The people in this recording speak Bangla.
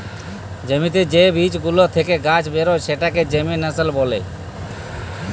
জ্যমিতে যে বীজ গুলা থেক্যে গাছ বেরয় সেটাকে জেমিনাসল ব্যলে